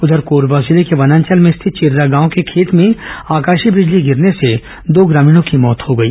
उधर कोरबा जिले के वनांचल में स्थित चिर्रा गांव के खेत में आकाशीय बिजली गिरने से दो ग्रामीणों की मौत हो गई